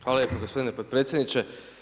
Hvala lijepo gospodine potpredsjedniče.